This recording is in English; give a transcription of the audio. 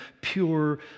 pure